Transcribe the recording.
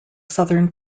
southern